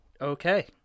Okay